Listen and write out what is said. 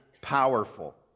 powerful